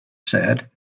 said